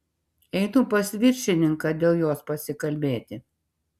einu pas viršininką dėl jos pasikalbėti